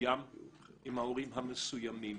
המסוים עם ההורים המסוימים